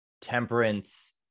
temperance